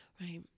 right